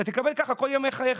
אתה תקבל כך כל ימי חייך.